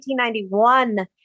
1991